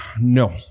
No